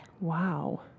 Wow